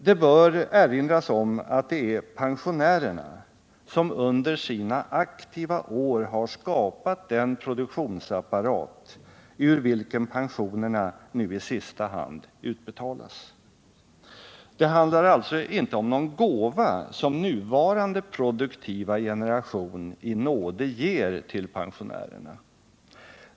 Det bör erinras om att det är pensionärerna som under sina aktiva år har skapat den produktionsapparat ur vilken pensionerna nu i sista hand utbetalas. Det handlar alltså inte om någon gåva som nuvarande produktiva generation i nåder ger till pensionärerna.